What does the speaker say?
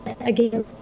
again